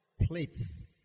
plates